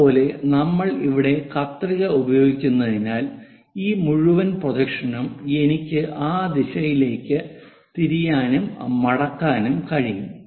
അതുപോലെ നമ്മൾ ഇവിടെ കത്രിക ഉപയോഗിക്കുന്നതിനാൽ ഈ മുഴുവൻ പ്രൊജക്ഷനും എനിക്ക് ആ ദിശയിലേക്ക് തിരിയാനും മടക്കാനും കഴിയും